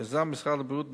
יזם משרד הבריאות,